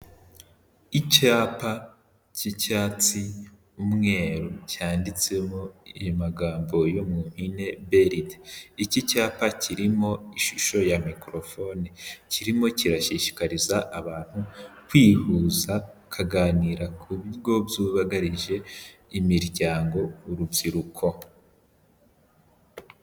Icyapa cy'icyatsi n'umweru cyanditsemo magambo yo mu mpine ''BRD'' . Iki cyapa kirimo ishusho ya mikororofone, kirimo kirashishikariza abantu kwihuza bakuganira ku bigo byubagarije imiryango urubyiruko.